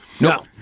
No